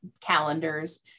calendars